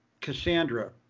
Cassandra